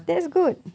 that's good